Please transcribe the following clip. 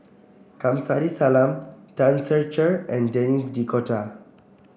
Kamsari Salam Tan Ser Cher and Denis D Cotta